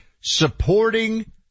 supporting